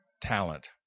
talent